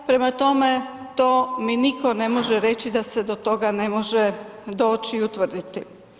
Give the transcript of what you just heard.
Prema tome, to mi niko ne može reći da se do toga ne može doći i utvrditi.